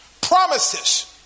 promises